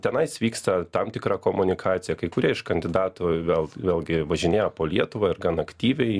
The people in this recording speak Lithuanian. tenais vyksta tam tikra komunikacija kai kurie iš kandidatų vėl vėlgi važinėja po lietuvą ir gan aktyviai